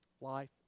Life